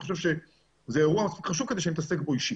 אני חושב שזה אירוע חשוב כדי שאני אתעסק בהם אישית.